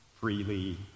freely